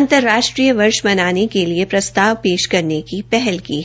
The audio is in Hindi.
अंतर्राष्ट्रीय वर्ष मनाने के लिए प्रस्ताव पेश करने का पहल की है